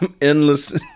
endless